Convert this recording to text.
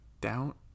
doubt